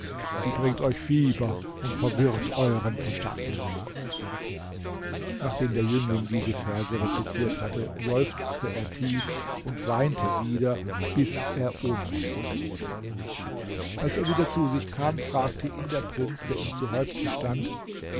sie bringt euch fieber und verwirrt eueren verstand nachdem der jüngling diese verse rezitiert hatte seufzte er tief und weinte wieder bis er ohnmächtig wurde als er wieder zu sich kam fragte ihn der prinz der ihm zu häupten stand